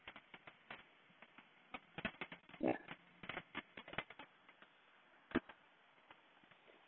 yup